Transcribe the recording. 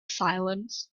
silence